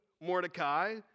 Mordecai